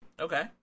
Okay